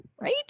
right